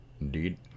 indeed